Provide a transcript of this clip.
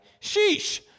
Sheesh